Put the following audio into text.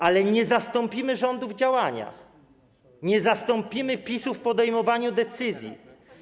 Ale nie zastąpimy rządów w działaniach, nie zastąpimy PiS w podejmowaniu decyzji.